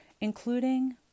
including